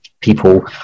people